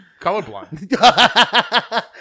colorblind